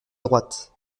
droite